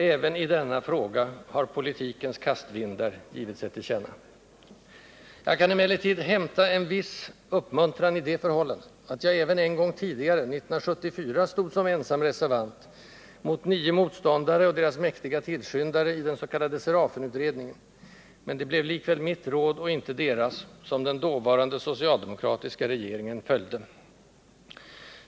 Även i denna fråga har politikens kastvindar givit sig till känna. Jag kan emellertid hämta en viss uppmuntran i det förhållandet att jag även en gång tidigare, 1974, stod som ensam reservant, mot nio motståndare och deras mäktiga tillskyndare, i den s.k. Serafenutredningen, men det blev likväl mitt råd och icke deras som den dåvarande socialdemokratiska regeringen följde.